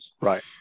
Right